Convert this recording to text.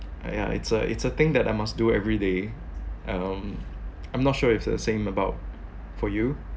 yeah it's a it's a thing that I must do every day um I'm not sure it's the same about for you